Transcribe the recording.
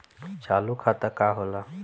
चालू खाता का होला?